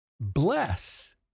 bless